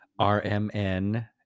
RMN